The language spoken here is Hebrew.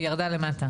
כי היא ירדה למטה,